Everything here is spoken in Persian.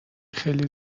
خیلی